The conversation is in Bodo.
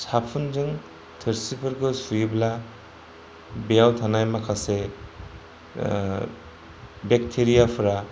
साफुनजों थोरसिफोरखौ सुयोब्ला बेयाव थानाय माखासे बेकटेरिया फोरा